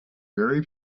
very